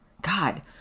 God